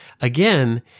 again